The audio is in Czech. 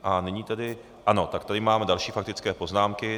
A nyní tedy, ano, tak tady máme další faktické poznámky.